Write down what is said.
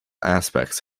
aspects